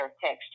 texture